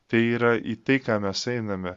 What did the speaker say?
tai yra į tai ką mes einame